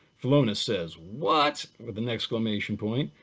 philonous says, what, with an exclamation point,